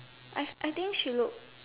I I think she look